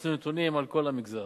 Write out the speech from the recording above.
חיפשנו נתונים על כל המגזר.